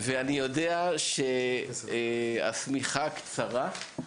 ואני יודע שהשמיכה קצרה,